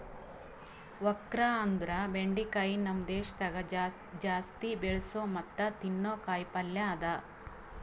okra ಅಂದುರ್ ಬೆಂಡಿಕಾಯಿ ನಮ್ ದೇಶದಾಗ್ ಜಾಸ್ತಿ ಬೆಳಸೋ ಮತ್ತ ತಿನ್ನೋ ಕಾಯಿ ಪಲ್ಯ ಅದಾ